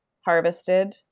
harvested